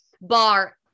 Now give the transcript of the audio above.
bar